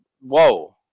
Whoa